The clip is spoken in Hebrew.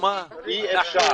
אי אפשר